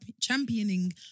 Championing